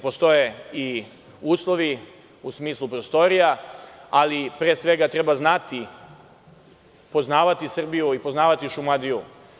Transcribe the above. Postoje i uslovi, u smislu prostorija, ali pre svega treba znati, poznavati Srbiju i poznavati Šumadiju.